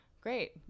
great